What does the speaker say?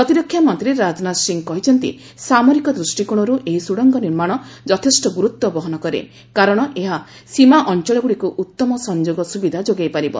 ପ୍ରତିରକ୍ଷା ମନ୍ତ୍ରୀ ରାଜନାଥ ସିଂହ କହିଛନ୍ତି ସାମରିକ ଦୃଷ୍ଟିକୋଣରୁ ଏହି ସୁଡ଼ଙ୍ଗ ନିର୍ମାଣ ଯଥେଷ୍ଟ ଗୁରୁତ୍ୱ ବହନ କରେ କାରଣ ଏହା ସୀମା ଅଞ୍ଚଳଗୁଡ଼ିକୁ ଉତ୍ତମ ସଂଯୋଗ ସୁବିଧା ଯୋଗାଇ ପାରିବ